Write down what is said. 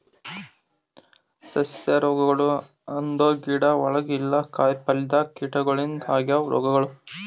ಸಸ್ಯ ರೋಗಗೊಳ್ ಅಂದುರ್ ಗಿಡ ಒಳಗ ಇಲ್ಲಾ ಕಾಯಿ ಪಲ್ಯದಾಗ್ ಕೀಟಗೊಳಿಂದ್ ಆಗವ್ ರೋಗಗೊಳ್